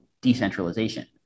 decentralization